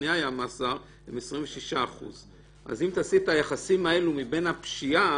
שנייה היה מאסר הם 26%. אז אם תעשי את היחסים האלה מבין הפשיעה,